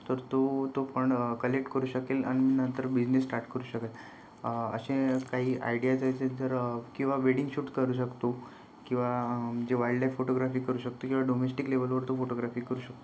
तर तो तो फंड कलेक्ट करू शकेल आणि नंतर बिझनेस स्टार्ट करू शकेल असे काही आयडियाज असेल जर किंवा वेडिंग शूट करू शकतो किंवा जे वाइल्ड लाईफ फोटोग्राफी करू शकतो किंवा डोमेस्टिक लेव्हलवर तो फोटोग्राफी करू शकतो